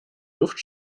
luft